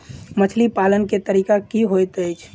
मछली पालन केँ तरीका की होइत अछि?